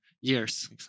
years